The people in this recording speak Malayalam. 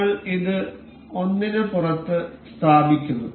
നമ്മൾ ഇത് ഒന്നിനുപുറത്ത് സ്ഥാപിക്കുന്നു